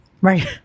Right